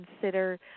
consider